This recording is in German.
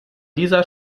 dieser